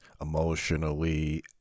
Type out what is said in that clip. emotionally